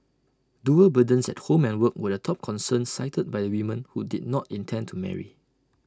dual burdens at home and work were the top concern cited by the women who did not intend to marry